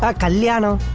ah kalyanam.